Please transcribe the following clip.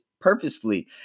purposefully